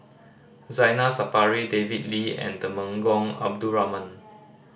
Zainal Sapari David Lee and Temenggong Abdul Rahman